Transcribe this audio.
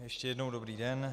Ještě jednou dobrý den.